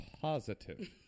positive